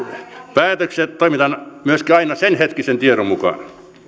päätöksissä toimitaan myöskin aina senhetkisen tiedon mukaan